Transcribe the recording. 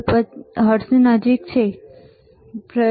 50 હર્ટ્ઝની નજીક બરાબર આભાર